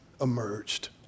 emerged